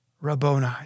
Rabboni